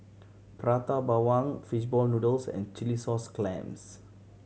Prata Bawang fish ball noodles and chilli sauce clams